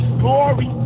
glory